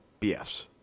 BS